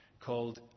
called